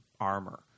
armor